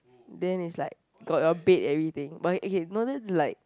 then is like got a bed everything but okay no that's like